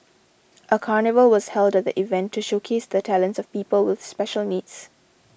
a carnival was held at the event to showcase the talents of people with special needs